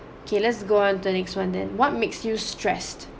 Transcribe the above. okay let's go on to the next one then what makes you stressed